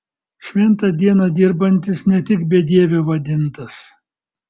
šventą dieną dirbantis ne tik bedieviu vadintas